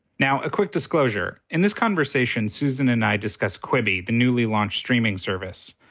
now, a quick disclosure. in this conversation, susan and i discuss quibi, the newly launched streaming service.